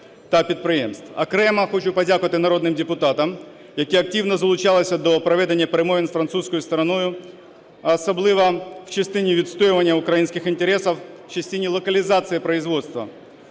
Окремо хочу подякувати народним депутатам, які активно залучалися до проведення перемовин з французькою стороною, а особливо в частині відстоювання українських інтересів в частині локалізації производства.